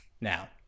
now